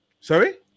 Sorry